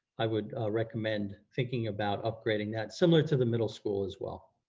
i would recommend thinking about upgrading that similar to the middle school as well.